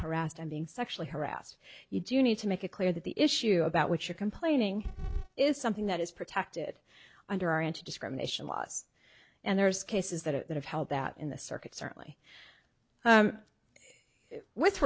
harassed and being sexually harassed you do need to make it clear that the issue about which you're complaining is something that is protected under our into discrimination laws and there is cases that have held that in the circuit certainly with